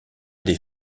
des